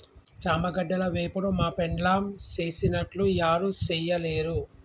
చామగడ్డల వేపుడు మా పెండ్లాం సేసినట్లు యారు సెయ్యలేరు